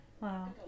Wow